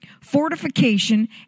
fortification